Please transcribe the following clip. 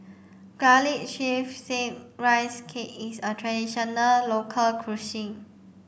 garlic chives steamed rice cake is a traditional local cuisine